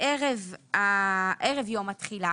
ערב יום התחילה,